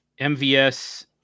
MVS